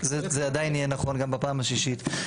אבל זה עדיין יהיה נכון גם בפעם השישית.